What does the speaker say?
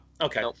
Okay